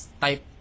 type